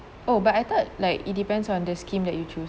oh but I thought like it depends on the scheme that you choose